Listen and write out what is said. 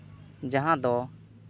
ᱡᱟᱦᱟᱸ ᱫᱚ